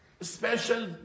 special